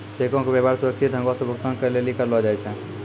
चेको के व्यवहार सुरक्षित ढंगो से भुगतान करै लेली करलो जाय छै